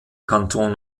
kanton